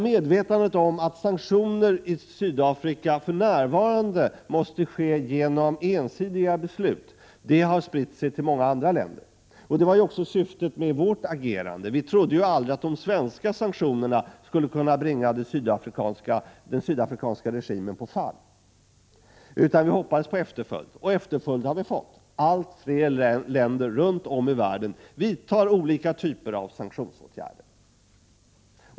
Medvetandet om att sanktioner i Sydafrika för närvarande måste ske genom ensidiga beslut har spritt sig till många andra länder. Det var ju också syftet med vårt agerande — vi trodde ju aldrig att de svenska sanktionerna skulle kunna bringa den sydafrikanska regimen på fall, utan vi hoppades på efterföljd. Och efterföljd har Sverige fått — allt fler länder vidtar olika typer av sanktionsåtgärder.